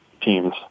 team's